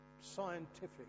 scientific